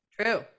True